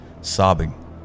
sobbing